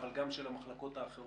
אבל גם של המחלקות האחרות.